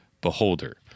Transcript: beholder